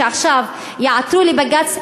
שעכשיו יעתרו לבג"ץ,